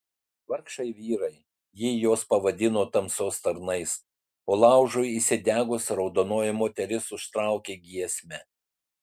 vargšai vyrai ji juos pavadino tamsos tarnais o laužui įsidegus raudonoji moteris užtraukė giesmę